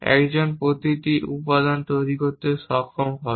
একজন প্রতিটি উপাদান তৈরি করতে সক্ষম হবে